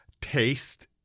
taste